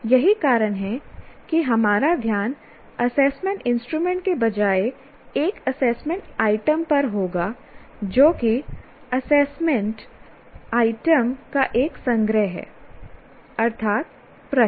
यही कारण है कि हमारा ध्यान असेसमेंट इंस्ट्रूमेंट के बजाय एक असेसमेंट आइटम पर होगा जो कि असेसमेंट आइटम का एक संग्रह है अर्थात् प्रश्न